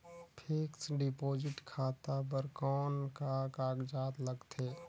Fixed deposit खाता बर कौन का कागजात लगथे?